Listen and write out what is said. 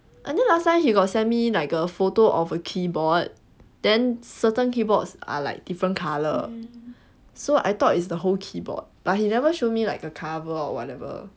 I think last time he got send me like a photo of a keyboard then certain keyboards are like different colour so I thought is the whole keyboard but he never show me like cover or whatever